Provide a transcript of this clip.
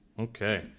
Okay